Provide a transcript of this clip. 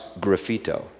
graffito